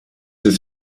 ist